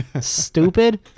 Stupid